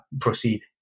proceed